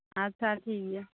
ᱟᱪᱷᱟ ᱴᱷᱤᱠ ᱜᱮᱭᱟ